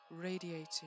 radiating